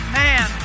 man